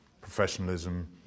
professionalism